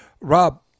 Rob